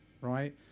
right